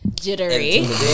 jittery